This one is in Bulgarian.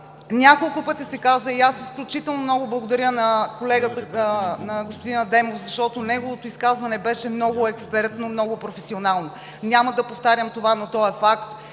Няколко пъти се каза, и аз изключително много благодаря на господин Адемов, защото неговото изказване беше много експертно и професионално. Няма да повтарям това, но то е факт